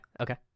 Okay